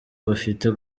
bafite